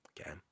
okay